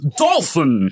dolphin